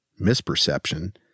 misperception